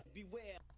beware